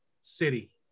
City